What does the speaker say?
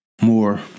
More